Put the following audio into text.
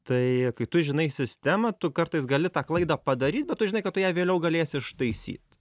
tai kai tu žinai sistemą tu kartais gali tą klaidą padaryt bet tu žinai kad tu ją vėliau galėsi ištaisyt